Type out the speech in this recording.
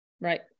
right